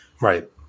Right